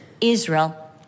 Israel